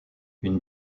une